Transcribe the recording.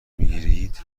میگیرید